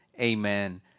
Amen